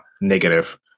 negative